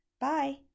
Bye